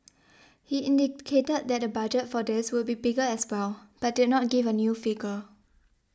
he indicated that the budget for this would be bigger as well but did not give a new figure